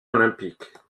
olympiques